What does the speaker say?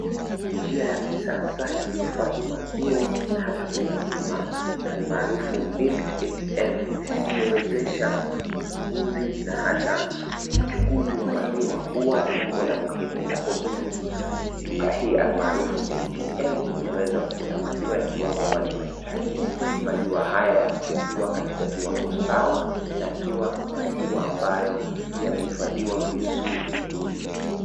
Njia ya kisasa ya kuhifadi maziwa na hata kuyapima, almarufu Milk ATM imewezesha ununuzi na hata uchunguzi wa maziwa huwa jambo la muhimu unapozuru duka hii almarufu ATM, unaweza kupata maziwa ya kiwango ambacho unahitaji, maziwa haya y kiwa katika kiwangwo sawa, na ikiwa maziwa ambayo yameifadhiwa vizuri.